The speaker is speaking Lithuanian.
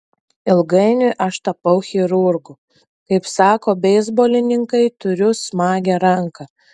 ilgainiui aš tapau chirurgu kaip sako beisbolininkai turiu smagią ranką